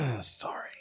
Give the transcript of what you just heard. sorry